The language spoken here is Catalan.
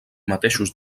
mateixos